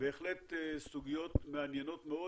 בהחלט סוגיות מעניינות מאוד.